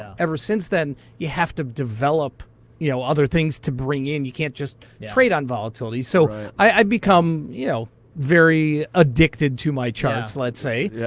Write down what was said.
ever since then, you have to develop you know other things to bring in, you can't just trade on volatility. so i've become yeah very addicted to my charts, let's say. yeah